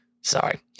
Sorry